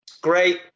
Great